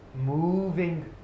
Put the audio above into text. moving